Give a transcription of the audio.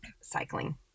cycling